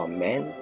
Amen